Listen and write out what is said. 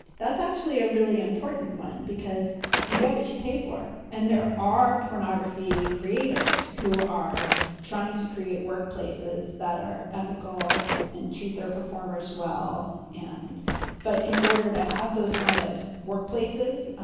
that's actually a really important one, because you get what you pay for and there are pornography creators who are trying to create workplaces that are ethical and treat their performers well. and but in order to have those kind of workplaces,